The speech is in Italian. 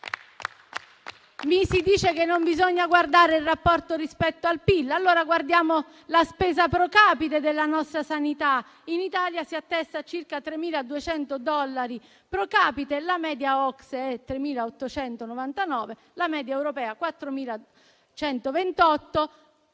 Mi si dice che non bisogna guardare il rapporto rispetto al PIL. Allora guardiamo la spesa *pro capite* della nostra sanità. In Italia si attesta a circa 3.200 dollari *pro capite*. La media OCSE è pari a 3.899, la media europea a 4.128.